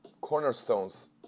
cornerstones